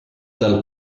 dal